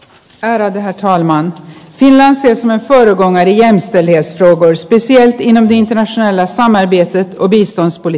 rehevöitynyt maailman kyläänsä joka on neljän yliasrovers pyysi eettinen pinta väsyneellä saamme viettää ovista oli